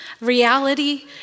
reality